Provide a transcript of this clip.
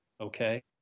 Okay